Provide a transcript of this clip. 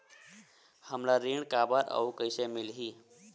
हमला ऋण काबर अउ कइसे मिलही?